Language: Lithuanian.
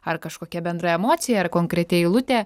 ar kažkokia bendra emocija ar konkreti eilutė